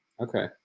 Okay